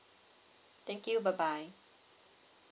thank you bye bye